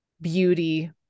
beauty